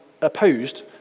opposed